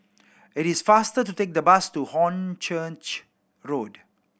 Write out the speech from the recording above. it is faster to take the bus to Hornchurch Road